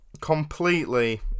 completely